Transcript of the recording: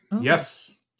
Yes